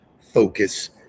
focus